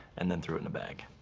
and then threw in the bag.